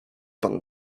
pan